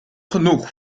genoeg